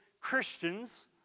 Christians